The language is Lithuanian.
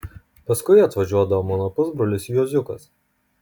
paskui atvažiuodavo mano pusbrolis juoziukas